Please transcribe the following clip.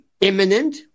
imminent